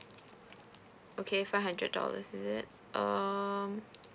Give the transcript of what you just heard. okay five hundred dollars is it um